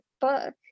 book